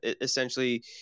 essentially